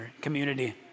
community